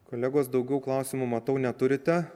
kolegos daugiau klausimų matau neturite